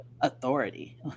authority